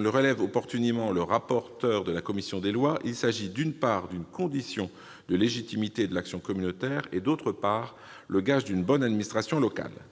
le relève opportunément le rapporteur de la commission des lois, il s'agit, d'une part, d'une « condition de la légitimité de l'action communautaire » et, d'autre part, d'« un gage de bonne administration locale